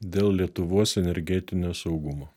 dėl lietuvos energetinio saugumo